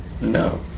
No